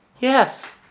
Yes